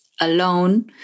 alone